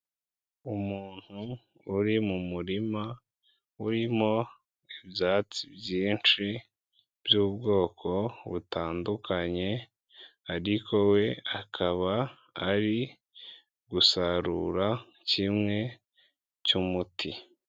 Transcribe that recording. Umuntu uri mu murima urimo ibyatsi byinshi by'ubwoko butandukanye ariko we akaba ari gusarura kimwe cy'umuti.